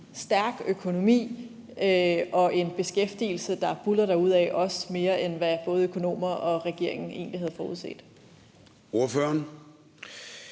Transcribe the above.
stærk økonomi og en beskæftigelse, der buldrer derudad, også mere end, hvad både økonomer og regeringen egentlig havde forudset?